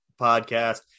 podcast